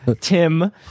Tim